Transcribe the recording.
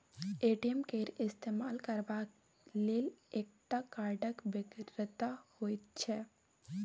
ATM केर इस्तेमाल करबाक लेल एकटा कार्डक बेगरता होइत छै